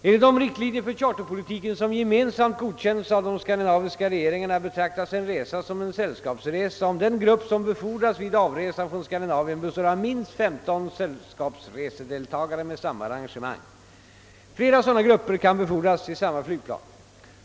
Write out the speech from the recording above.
Enligt de riktlinjer för charterpolitiken som gemensamt godkänts av de skandinaviska regeringarna betraktas en resa som sällskapsresa om den grupp som befordras vid avresan från Skandinavien består av minst femton sällskapsresedeltagare med samma arrangemang. Flera sådana grupper kan befordras i samma flygplan.